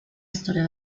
historia